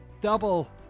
double